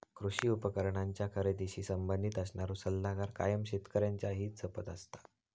कृषी उपकरणांच्या खरेदीशी संबंधित असणारो सल्लागार कायम शेतकऱ्यांचा हित जपत असता